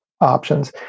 options